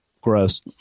Gross